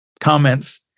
comments